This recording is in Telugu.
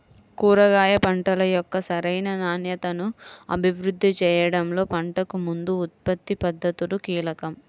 కూరగాయ పంటల యొక్క సరైన నాణ్యతను అభివృద్ధి చేయడంలో పంటకు ముందు ఉత్పత్తి పద్ధతులు కీలకం